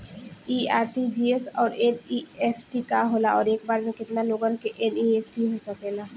इ आर.टी.जी.एस और एन.ई.एफ.टी का होला और एक बार में केतना लोगन के एन.ई.एफ.टी हो सकेला?